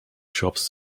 shops